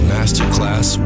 Masterclass